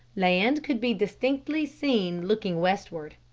land could be distinctly seen looking westward.